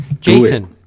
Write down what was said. Jason